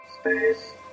Space